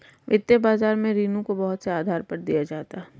वित्तीय बाजार में ऋण को बहुत से आधार पर दिया जाता है